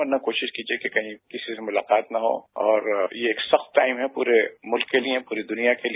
वरना कोशिश कीजिए कही किसी से मुलाकात न हो और ये सख्त टाइम है पूरे मुल्क के लिए पूरी दुनिया के लिए